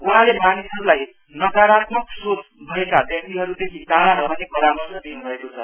वहाँले मानिसहरूलाई नकारत्मक सोच भएका व्यक्तिहरूदेखि टाइा रहने परामर्श दिनुभएको छ